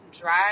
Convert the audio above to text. drive